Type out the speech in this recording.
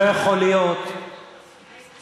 לא יכול להיות שאנשים,